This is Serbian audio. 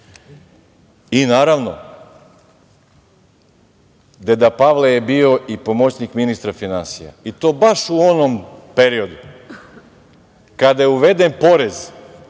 I, naravno, deda Pavle je bio i pomoćnik ministra finansija, i to baš u onom periodu kada je uveden porez